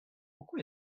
pourquoi